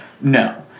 No